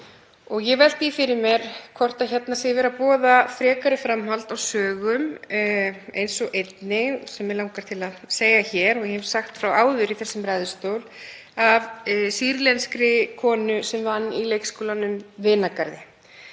Ég velti því fyrir mér hvort hér sé verið að boða frekara framhald á sögum eins og einni sem mig langar til að segja hér og ég hef sagt áður í þessum ræðustól, af sýrlenskri konu sem vann í leikskólanum Vinagarði.